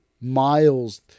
Miles